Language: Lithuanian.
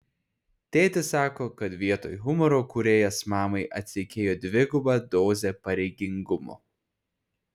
tėtis sako kad vietoj humoro kūrėjas mamai atseikėjo dvigubą dozę pareigingumo